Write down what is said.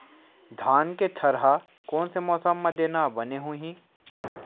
धान के थरहा कोन से मौसम म देना बने होही?